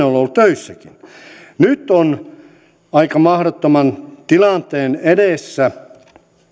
ollut töissäkin on nyt aika mahdottoman tilanteen edessä